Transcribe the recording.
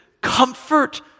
Comfort